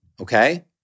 Okay